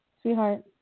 sweetheart